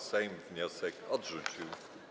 Sejm wniosek odrzucił.